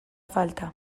falta